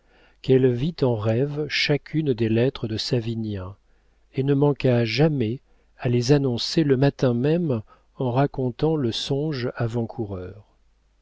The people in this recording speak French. qu'elle vit en rêve chacune des lettres de savinien et ne manqua jamais à les annoncer le matin même en racontant le songe avant-coureur